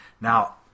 Now